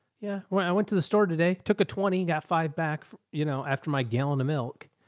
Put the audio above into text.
yeah. well, i went to the store today, took a twenty, got five back, you know, after my gallon of milk.